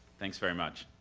thanks very much.